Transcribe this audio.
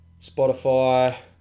Spotify